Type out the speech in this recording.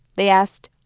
they asked,